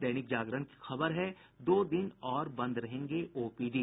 दैनिक जागरण की खबर है दो दिन और बंद रहेंगे ओपीडी